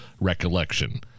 recollection